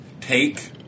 Take